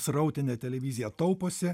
srautinė televizija tauposi